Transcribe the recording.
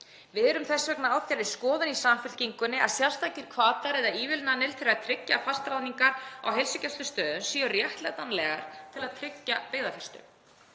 Við erum þess vegna á þeirri skoðun í Samfylkingunni að sérstakir hvatar eða ívilnanir til að tryggja fastráðningar á heilsugæslustöðvum séu réttlætanlegar til að tryggja byggðafestu.